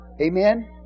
Amen